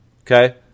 Okay